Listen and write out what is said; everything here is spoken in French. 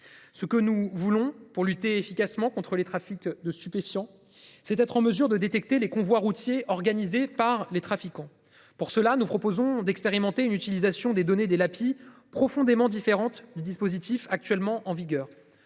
Ce que nous voulons pour lutter efficacement contre les trafics de stupéfiants, c'est être en mesure de détecter les convois routiers organisés par les trafiquants. Pour cela, nous proposons d'expérimenter l'utilisation des données des Lapid profondément différentes du dispositif actuellement en vigueur.